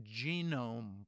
Genome